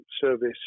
service